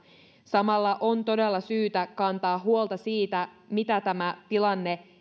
samalla on todella syytä kantaa huolta siitä mitä tämä tilanne